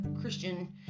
Christian